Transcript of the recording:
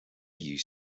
you